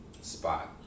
spot